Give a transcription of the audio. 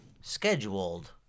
scheduled